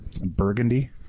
Burgundy